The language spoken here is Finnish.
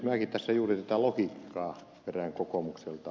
minäkin tässä juuri tätä logiikkaa perään kokoomukselta